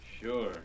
Sure